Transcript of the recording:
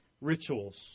rituals